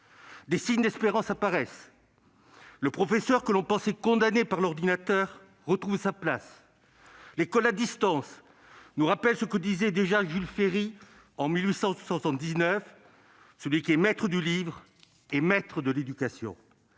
Des signes d'espérance apparaissent. Le professeur que l'on pensait condamné par l'ordinateur retrouve sa place et l'école à distance nous rappelle ce que disait déjà Jules Ferry en 1879 :« Celui qui est maître du livre est maître de l'éducation.